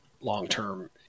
long-term